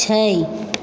छै